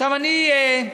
עכשיו, אני ביקשתי